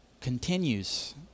continues